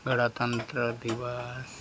ᱯᱨᱚᱡᱟᱛᱚᱱᱛᱨᱚ ᱫᱤᱵᱚᱥ